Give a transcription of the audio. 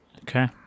Okay